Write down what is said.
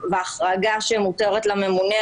וההחרגה שמותרת לממונה,